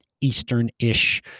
eastern-ish